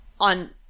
on